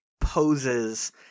poses